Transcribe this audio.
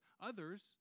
Others